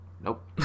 nope